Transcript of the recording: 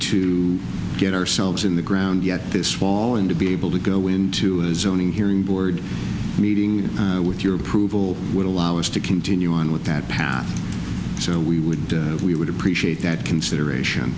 to get ourselves in the ground yet this wall and to be able to go into a zone in hearing board meeting with your approval would allow us to continue on with that path so we would we would appreciate that consideration